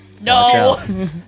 No